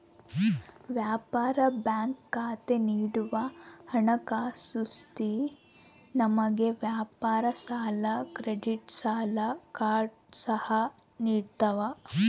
ವ್ಯಾಪಾರ ಬ್ಯಾಂಕ್ ಖಾತೆ ನೀಡುವ ಹಣಕಾಸುಸಂಸ್ಥೆ ನಿಮಗೆ ವ್ಯಾಪಾರ ಸಾಲ ಕ್ರೆಡಿಟ್ ಸಾಲ ಕಾರ್ಡ್ ಸಹ ನಿಡ್ತವ